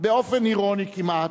באופן אירוני כמעט,